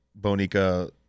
Bonica